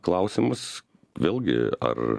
klausimas vėlgi ar